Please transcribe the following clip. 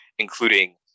including